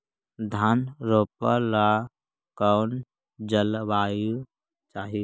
धान रोप ला कौन जलवायु चाही?